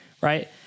Right